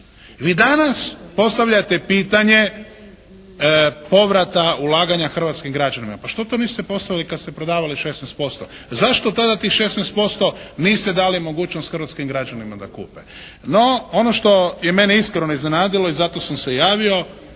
Vi danas postavljate pitanje povrata ulaganja hrvatskim građanima. Pa što to niste postavili kad ste prodavali 16%? Zašto tada tih 16% niste dali mogućnost hrvatskim građanima da kupe? No, ono što je mene iskreno iznenadilo i zato sam se javio.